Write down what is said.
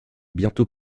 bientôt